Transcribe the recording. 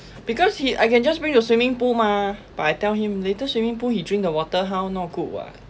because he I can just bring to swimming pool mah but I tell him later swimming pool he drink the water how not good [what]